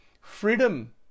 freedom